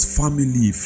family